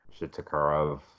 Shitakarov